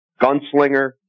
gunslinger